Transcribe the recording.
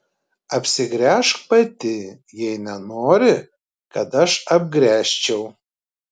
apsigręžk pati jei nenori kad aš apgręžčiau